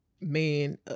man